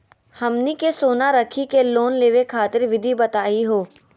हमनी के सोना रखी के लोन लेवे खातीर विधि बताही हो?